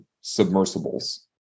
submersibles